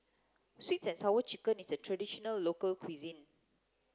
sweet and sour chicken is a traditional local cuisine